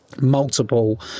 Multiple